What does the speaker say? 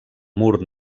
mur